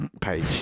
page